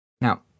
Now